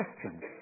questions